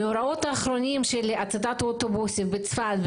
המאורעות האחרונים של הצתת אוטובוסים בצפת,